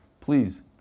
Please